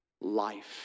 life